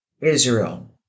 Israel